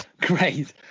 Great